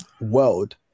world